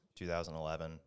2011